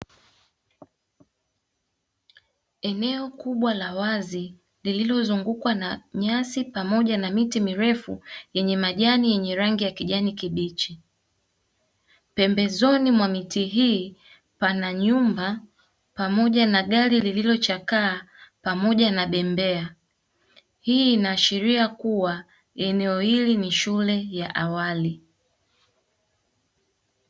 Eneo kubwa la wazi lililozungukwa na nyasi pamoja na miti mirefu yenye majani yenye rangi ya kijani kibichi. Pembezoni mwa miti hii pana nyumba pamoja na gari lililo chakaa pamoja na bembea. Hii inaashiria kuwa eneo hili ni shule ya awali.